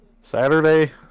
Saturday